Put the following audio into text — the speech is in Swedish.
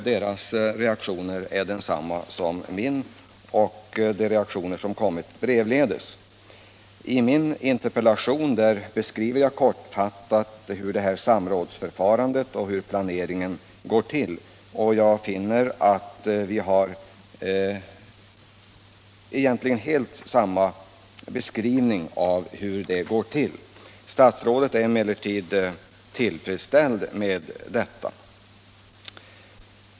Deras reaktion har varit densamma som min och som de reaktioner som kommit brevledes och per telefon. I min interpellation beskriver jag kortfattat hur samrådsförfarandet och planeringen går till. Jag finner att statsrådet gör helt samma beskrivning av förhållandet. Statsrådet är emellertid tillfredsställd med detta.